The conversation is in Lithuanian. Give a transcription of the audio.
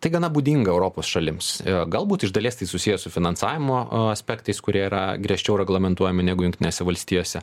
tai gana būdinga europos šalims galbūt iš dalies tai susiję su finansavimo a aspektais kurie yra griežčiau reglamentuojami negu jungtinėse valstijose